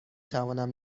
توانم